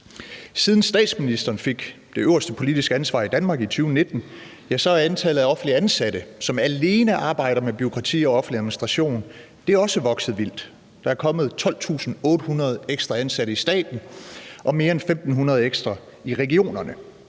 Siden statsministeren fik det øverste politiske ansvar i Danmark i 2019, er antallet af offentligt ansatte, som alene arbejder med bureaukrati og offentlig administration, også vokset vildt. Der er kommet 12.800 ekstra ansatte i staten og mere end 1.500 ekstra i regionerne,